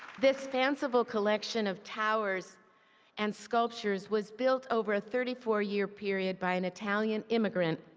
this fanciful collection of towers and sculptures was built over a thirty four year period by an italian immigrant,